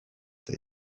eta